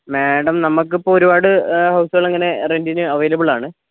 madam നമുക്ക് ഇപ്പം ഒരുപാട് ഹൗസുകള് ഇങ്ങനെ റെന്റിന് അവൈലബിള് ആണ്